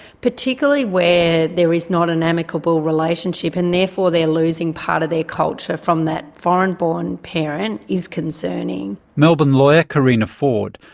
particularly where there is not an amicable relationship and therefore they are losing part of their culture from that foreign-born parent is concerning. melbourne lawyer, carina ford,